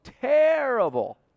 terrible